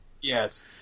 yes